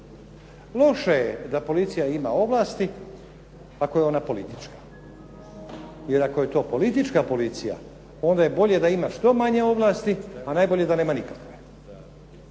Loše je da policija ima ovlasti ako je ona politička. Jer ako je to politička policija onda je bolje da ima što manje ovlasti a najbolje je da nema nikakve.